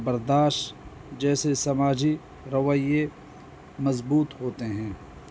برداشت جیسے سماجی رویہ مضبوط ہوتے ہیں